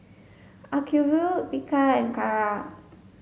Acuvue Bika and Kara